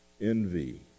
Envy